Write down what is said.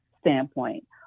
standpoint